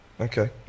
Okay